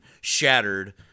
shattered